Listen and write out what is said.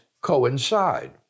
coincide